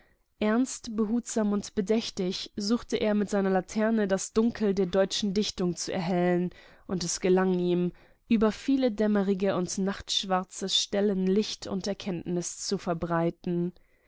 ernst behutsam und bedächtig suchte er mit seiner laterne das dunkel der deutschen dichtung zu erhellen und es gelang ihm über viele dämmerige und nachtschwarze stellen licht und erkenntnis zu verbreiten